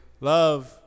love